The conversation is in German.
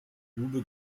grube